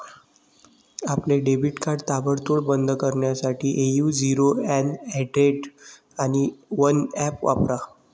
आपले debit card ताबडतोब बंद करण्यासाठी ए.यू झिरो वन हंड्रेड आणि वन ऍप वापरा